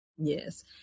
Yes